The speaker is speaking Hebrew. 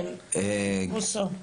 כן, בוסו.